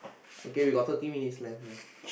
okay we got thirty minutes left now